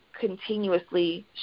continuously